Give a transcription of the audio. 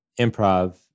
improv